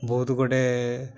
ବହୁତ ଗୁଡ଼ାଏ